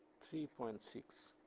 three point six.